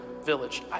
village